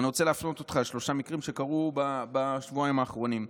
ואני רוצה להפנות אותך לשלושה מקרים שקרו בשבועיים האחרונים.